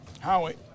Howie